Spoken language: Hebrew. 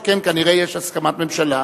שכן כנראה יש הסכמת הממשלה.